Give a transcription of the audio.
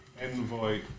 Envoy